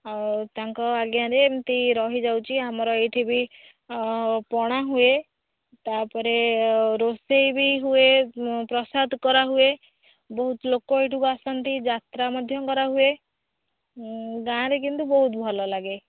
ଆଉ ତାଙ୍କ ଆଜ୍ଞା ରେ ଏମିତି ରହି ଯାଉଛି ଆମର ଏହିଠି ବି ପଣା ହୁଏ ତାପରେ ରୋଷେଇ ବି ହୁଏ ପ୍ରସାଦ କରା ହୁଏ ବହୁତ ଲୋକ ଏହିଠିକୁ ଆସନ୍ତି ଯାତ୍ରା ମଧ୍ୟ କରାହୁଏ ଗାଁ ରେ କିନ୍ତୁ ବହୁତ ଭଲ ଲାଗେ